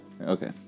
Okay